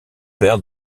père